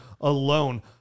alone